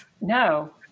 No